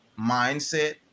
mindset